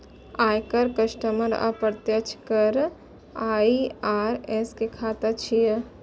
आयकर, कस्टम आ अप्रत्यक्ष कर आई.आर.एस के शाखा छियै